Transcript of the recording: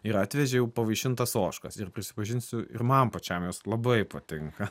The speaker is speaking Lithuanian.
ir atvežė jau pavaišint tas ožkas ir prisipažinsiu ir man pačiam jos labai patinka